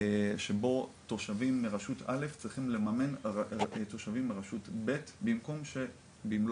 שבו תושבים מרשות א' צריכים לממן תושבים מרשות ב' במקום שבמלוא